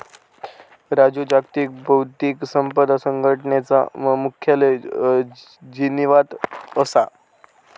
राजू जागतिक बौध्दिक संपदा संघटनेचा मुख्यालय जिनीवात असा